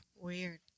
Weird